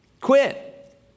Quit